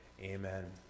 Amen